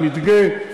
המדגה,